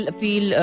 feel